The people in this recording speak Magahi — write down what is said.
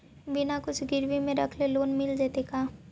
बिना कुछ गिरवी मे रखले लोन मिल जैतै का?